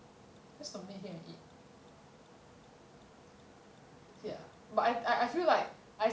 just to meet him and eat but ya I I feel like